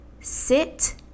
sit